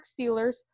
Steelers